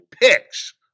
picks